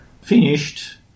finished